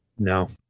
No